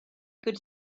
could